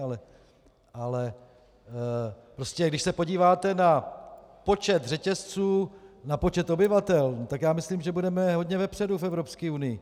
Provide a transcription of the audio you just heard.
Ale když se podíváte na počet řetězců na počet obyvatel, tak já myslím, že budeme hodně vepředu v Evropské unii.